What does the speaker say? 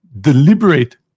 deliberate